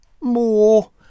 more